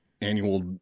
annual